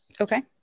Okay